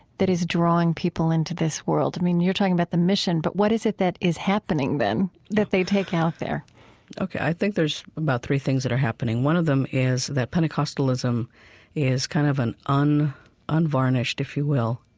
that is drawing people into this world? i mean, you're talking about the mission. but what is it that is happening then that they take out there ok. i think there's about three things that are happening. one of them is that pentecostalism is kind of an unvarnished, if you will,